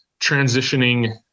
transitioning